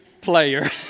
player